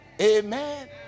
amen